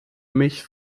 mich